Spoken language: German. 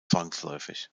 zwangsläufig